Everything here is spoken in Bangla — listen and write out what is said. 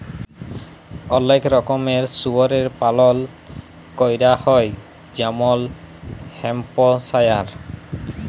অলেক রকমের শুয়রের পালল ক্যরা হ্যয় যেমল হ্যাম্পশায়ার